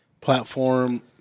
platform